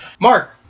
Mark